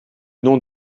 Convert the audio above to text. nom